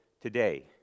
today